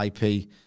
IP